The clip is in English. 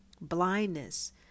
Blindness